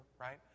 right